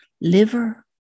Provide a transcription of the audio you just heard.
liver